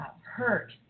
hurt